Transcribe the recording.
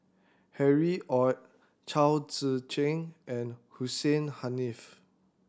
Harry Ord Chao Tzee Cheng and Hussein Haniff